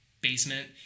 basement